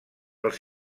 els